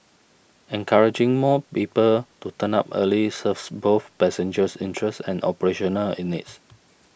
encouraging more people to turn up early serves both passengers interests and operational needs